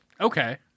Okay